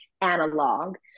Analog